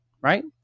Right